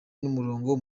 n’umurongo